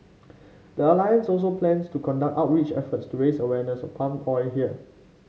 the alliance also plans to conduct outreach efforts to raise awareness of palm oil here